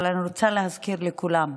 אבל אני רוצה להזכיר לכולם: